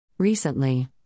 Recently